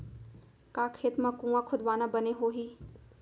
का खेत मा कुंआ खोदवाना बने होही?